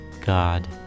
God